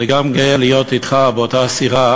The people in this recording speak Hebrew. אני גם גאה להיות אתך באותה סירה